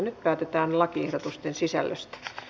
nyt päätetään lakiehdotusten sisällöstä